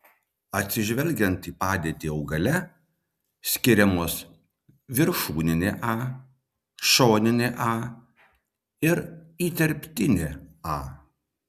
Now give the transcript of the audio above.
atsižvelgiant į padėtį augale skiriamos viršūninė a šoninė a ir įterptinė a